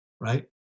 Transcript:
right